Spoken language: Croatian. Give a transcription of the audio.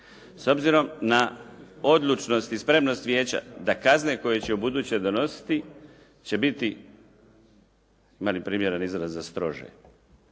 s obzirom na odlučnost i spremnost vijeća da kazne koje će u buduće donositi će biti, ima li primjeren izraz za strože